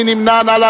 מי נמנע?